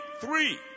three